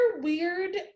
weird